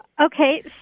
Okay